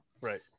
Right